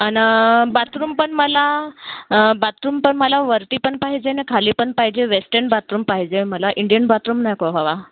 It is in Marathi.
आणि बातरूम पण मला बातरूम पण मला वरती पण पाहिजे आणि खाली पण पाहिजे वेस्टन बातरूम पाहिजे मला इंडियन बातरूम नको हवा